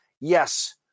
Yes